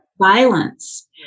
violence